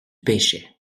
pêchais